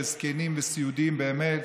בזקנים וסיעודיים באמת.